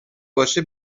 باشه